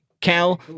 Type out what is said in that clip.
Cal